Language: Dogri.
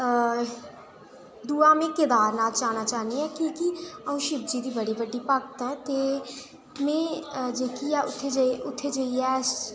हां दूआ में केदार नाथ जाना चाह्न्नी आं कि'यां के अ'ऊं शिवजी दी बड़ी बड्डी भक्त आं में जेह्की ऐ उत्थै जाइयै